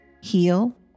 heal